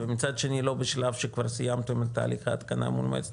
ומצד שני לא בשלב שכבר סיימתם את תהליך ההתקנה מול מועצת